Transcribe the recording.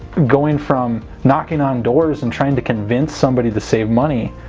going from knocking on doors and trying to convince somebody to save money